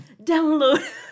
download